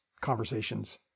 conversations